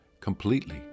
completely